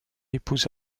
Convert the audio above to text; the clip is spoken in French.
épouse